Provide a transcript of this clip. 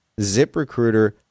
ZipRecruiter